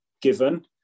given